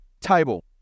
table